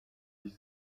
dix